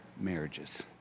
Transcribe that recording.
marriages